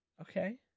Okay